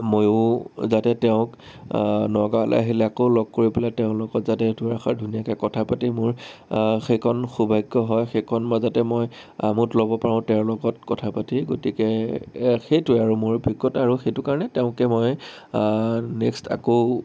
ময়ো যাতে তেওঁক নগাঁৱলে আহিলে আকৌ লগ কৰি পেলাই তেওঁৰ লগত যাতে দুআষাৰ ধুনীয়াকে কথা পাতি মোৰ সেইকণ সৌভাগ্য হয় সেইকণ মই যাতে মই আমোদ ল'ব পাৰো তেওঁৰ লগত কথা পাতি গতিকে সেইটোৱে আৰু মোৰ অভিজ্ঞতা আৰু সেইটো কাৰণে তেওঁকে মই নেক্সট আকৌ